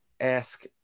ask